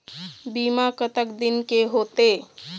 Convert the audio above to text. बीमा कतक दिन के होते?